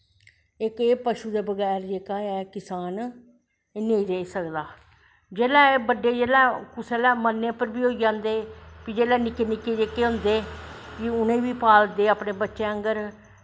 इक एह् पशुएं बगैर जेह्का किसान नेईं रेही सकदा एह् जिसलै बड्डे जिसलै मरने पर बी होई जंदे फ्ही जिसलै निक्के निक्के जेह्के होंदे फ्ही उनेंगी बी पालदे अपनें बच्चैं आंगर